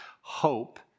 hope